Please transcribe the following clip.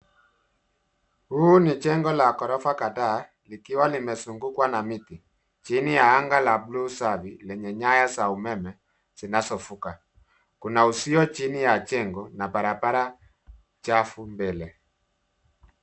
Huu ni jengo la ghorofa kadhaa likiwa limezungukwa na miti chini ya anga la buluu safi yenye nyaya za umeme zinazovuka. Kuna uzio chini ya jengo na barabara chafu mbele.